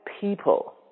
people